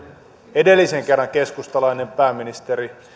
edellisen kerran keskustalainen pääministeri